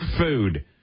food